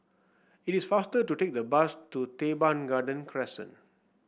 it is faster to take the bus to Teban Garden Crescent